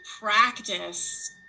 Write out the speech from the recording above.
practice